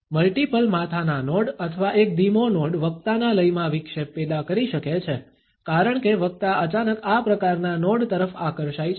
multiple માથાના node અથવા એક ધીમો નોડ વક્તાના લયમાં વિક્ષેપ પેદા કરી શકે છે કારણ કે વક્તા અચાનક આ પ્રકારના નોડ તરફ આકર્ષાય છે